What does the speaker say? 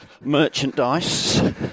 merchandise